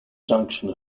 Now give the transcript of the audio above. junction